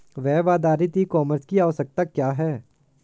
Web आधारित e commerce की आवश्यकता क्या है?